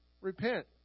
Repent